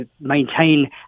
maintain